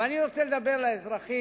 אבל אני רוצה לדבר לאזרחים